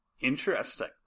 Interesting